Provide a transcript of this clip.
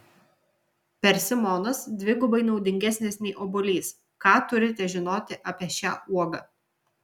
persimonas dvigubai naudingesnis nei obuolys ką turite žinoti apie šią uogą